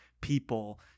people